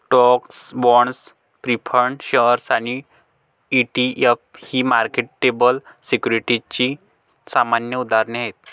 stocks, bonds, preferred shares आणि ETF ही marketable सिक्युरिटीजची सामान्य उदाहरणे आहेत